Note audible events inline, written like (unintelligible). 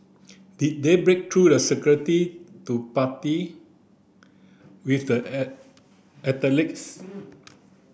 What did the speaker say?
did they break through the security to party with the (unintelligible) athletes